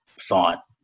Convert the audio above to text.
thought